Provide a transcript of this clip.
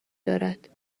دارد